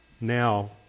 now